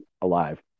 alive